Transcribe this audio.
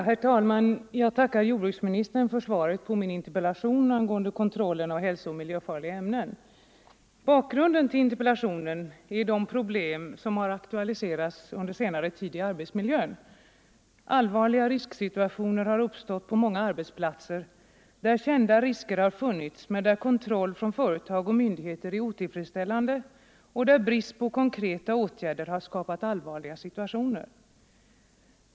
Herr talman! Jag tackar jordbruksministern för svaret på min interpellation angående kontrollen av hälsooch miljöfarliga ämnen. Bakgrunden till interpellationen är de problem i arbetsmiljön som har aktualiserats under senare tid. Allvarliga risksituationer har uppstått på många arbetsplatser, där kända risker har funnits men där kontrollen från företag och myndigheter är otillfredsställande och där bristen på konkreta åtgärder har skapat allvarliga situationer.